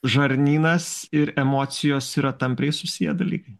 žarnynas ir emocijos yra tampriai susiję dalykai